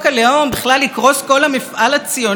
ממש נעניתם לרצונו של העם.